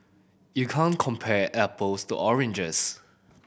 you can't compare apples to oranges